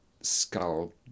skull